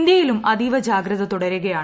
ഇന്ത്യയിലും അതീവ ജാഗ്രത തുടരുകയാണ്